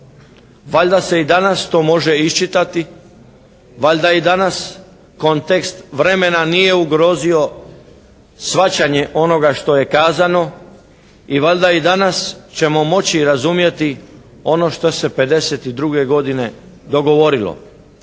Valjda se i danas to može iščitati, valjda i danas kontekst vremena nije ugrozio shvaćanje onoga što je kazano i valjda i danas ćemo moći razumjeti ono što se '52. godine dogovorilo.